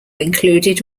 included